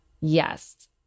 yes